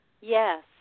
yes